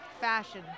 fashion